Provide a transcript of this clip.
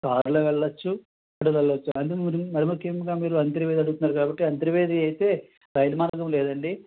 కార్లో వెళ్లొచ్చు లో వెళ్లవచ్చు అంటే మీరు మరి ముఖ్యంగా మీరు అంతర్వేది అడుగుతున్నారు కాబట్టి అంతర్వేది అయితే రైలు మార్గం లేదండి